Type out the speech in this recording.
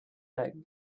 that